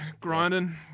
grinding